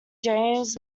james